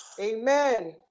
Amen